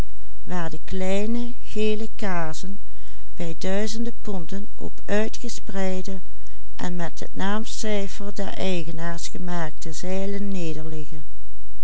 en met het naamcijfer der eigenaars gemerkte zeilen nederliggen